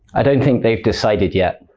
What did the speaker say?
i don't think they've decided yet.